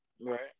right